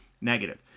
negative